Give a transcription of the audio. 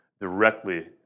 directly